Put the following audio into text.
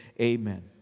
amen